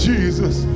Jesus